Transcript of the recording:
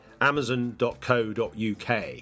Amazon.co.uk